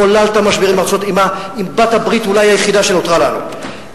חוללת משבר עם בעלת הברית אולי היחידה שנותרה לנו,